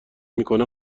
میکنه